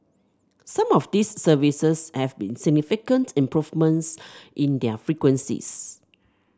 some of these services have seen significant improvements in their frequencies